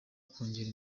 kongera